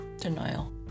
denial